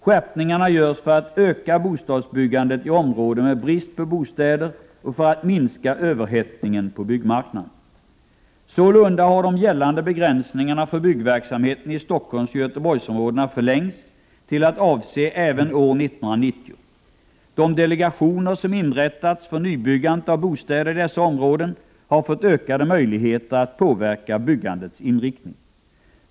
Skärpningarna görs för att öka bostadsbyggandet i områden med brist på bostäder och för att minska överhettningen på byggmarknaden. Sålunda har de gällande begränsningarna för byggverksamheten i Stockholmsoch Göteborgsområdena förlängts till att avse även år 1990. De delegationer som inrättats för nybyggandet av bostäder i dessa områden har fått ökade möjligheter att påverka byggandets inriktning.